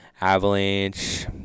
Avalanche